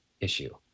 issue